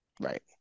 Right